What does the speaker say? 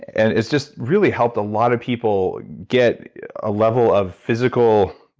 and it's just really helped a lot of people get a level of physical,